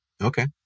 Okay